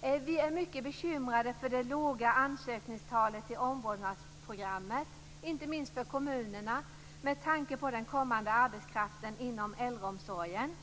Vi är mycket bekymrade över det låga ansökningstalet till omvårdnadsprogrammet. Det kommer att bli mycket bekymmersamt i framtiden, inte minst för kommunerna med tanke på arbetskraften inom äldreomsorgen.